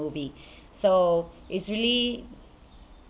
movie so it's really